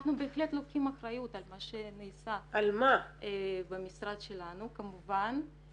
אנחנו בהחלט לוקחים אחריות על מה שנעשה במשרד שלנו כמובן.